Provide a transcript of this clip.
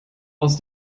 aus